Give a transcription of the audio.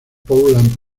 portland